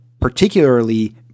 particularly